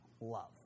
love